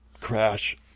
crash